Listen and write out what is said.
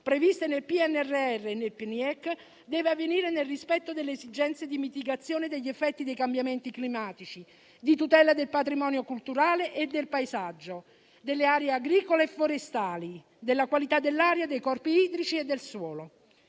previste nel PNRR e nel PNIEC deve avvenire nel rispetto delle esigenze di mitigazione degli effetti dei cambiamenti climatici, di tutela del patrimonio culturale e del paesaggio, delle aree agricole e forestali, della qualità dell'aria, dei corpi idrici e del suolo.